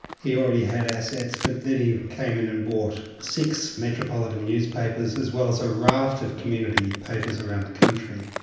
he already had assets but then he came in and bought six metropolitan newspapers as well as a raft of community papers around the country,